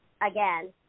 again